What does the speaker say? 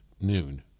noon